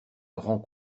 grand